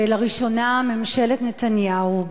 שלראשונה ממשלת נתניהו,